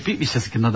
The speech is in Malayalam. പി വിശ്വസിക്കുന്നത്